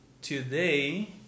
today